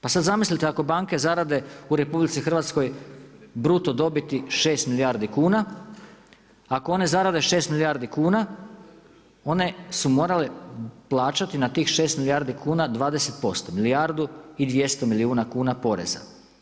Pa sada zamislite ako banke zarade u RH bruto dobiti 6 milijardi kuna, ako one zarade 6 milijardi kuna one su morale plaćati na tih 6 milijardi kuna 20%, milijardu i 200 milijuna kuna poreza.